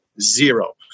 Zero